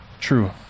True